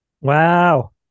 Wow